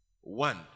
one